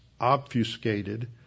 obfuscated